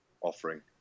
offering